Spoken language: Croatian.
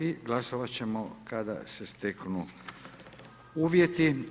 I glasovati ćemo kada se steknu uvjeti.